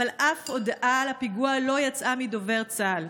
אבל שום הודעה על הפיגוע לא יצאה מדובר צה"ל.